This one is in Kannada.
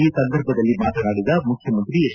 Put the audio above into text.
ಈ ಸಂದರ್ಭದಲ್ಲಿ ಮಾತನಾಡಿದ ಮುಖ್ಯಮಂತ್ರಿ ಎಚ್